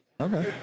Okay